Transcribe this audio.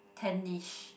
tenish